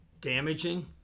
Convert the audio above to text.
damaging